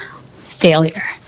failure